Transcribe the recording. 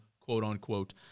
quote-unquote